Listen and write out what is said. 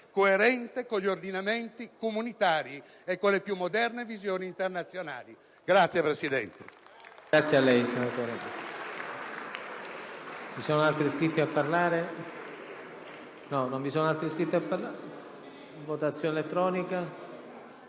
coerente con gli ordinamenti comunitari e le più moderne visioni internazionali. *(Applausi